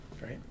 right